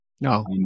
No